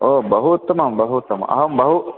ओ बहु उत्तमं बहु उत्तम आं बहु